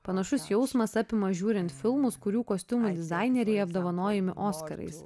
panašus jausmas apima žiūrint filmus kurių kostiumų dizaineriai apdovanojami oskarais